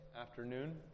afternoon